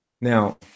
now